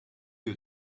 you